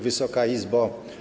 Wysoka Izbo!